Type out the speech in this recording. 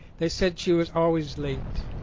they said she was always late.